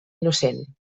innocent